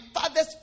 father's